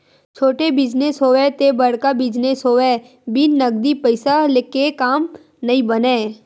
छोटे बिजनेस होवय ते बड़का बिजनेस होवय बिन नगदी पइसा के काम नइ बनय